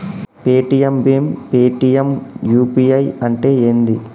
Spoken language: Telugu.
పేటిఎమ్ భీమ్ పేటిఎమ్ యూ.పీ.ఐ అంటే ఏంది?